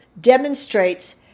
demonstrates